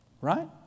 Right